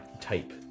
type